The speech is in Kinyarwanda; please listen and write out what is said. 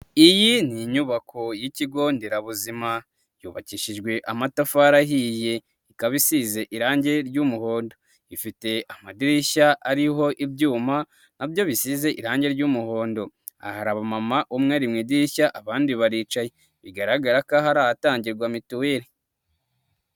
Iyi ni inyubako y'ikigonderabuzima yubakishijwe amatafarihiye ikaba isize irangi ry'umuhondo. Ifite amadirishya ariho ibyuma nabyo bisize irangi ry'umuhondo, hari abamama umwe mu idirishya abandi baricaye bigaragara ko bari ahatangirwa mituweli.